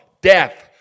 death